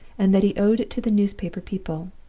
and that he owed it to the newspaper people,